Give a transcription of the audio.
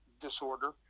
disorder